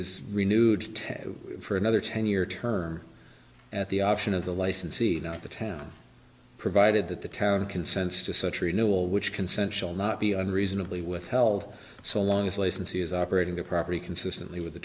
is renewed for another ten year term at the option of the licensee not the town provided that the town consents to such renewal which consentual not be unreasonably withheld so long as licensee is operating the property consistently with the